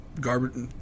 garbage